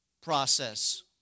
process